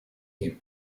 him